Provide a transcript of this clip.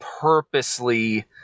purposely